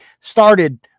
started